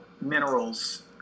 minerals